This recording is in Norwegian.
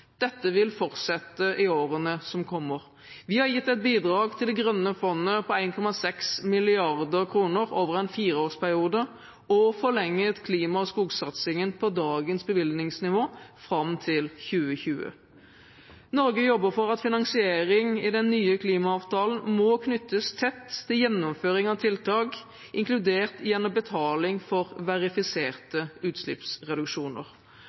Dette vil fortsette i årene som kommer. Vi har gitt et bidrag til Det grønne klimafondet på 1,6 mrd. kr over en fireårsperiode og forlenget klima- og skogsatsingen på dagens bevilgningsnivå fram til 2020. Norge jobber for at finansiering i den nye klimaavtalen må knyttes tett til gjennomføring av tiltak, inkludert gjennom betaling for verifiserte utslippsreduksjoner.